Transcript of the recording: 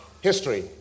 history